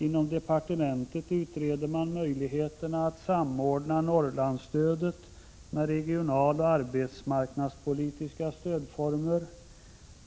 Inom departementet utreder man möjligheterna att samordna Norrlandsstödet med regionaloch arbetsmarknadspolitiska stödformer.